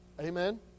amen